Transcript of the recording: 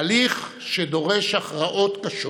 תהליך שדורש הכרעות קשות.